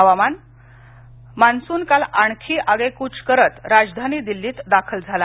हवामान मान्सून काल आणखी आगेकूच करत राजधानी दिल्लीत दाखल झाला